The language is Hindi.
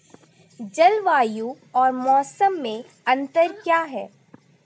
जलवायु और मौसम में अंतर क्या है?